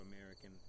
American